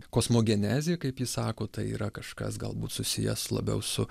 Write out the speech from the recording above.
kosmogenezė kaip ji sako tai yra kažkas galbūt susijęs labiau su